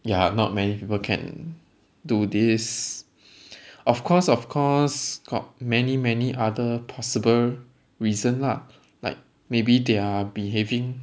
ya not many people can do this of course of course got many many other possible reason lah like maybe they're behaving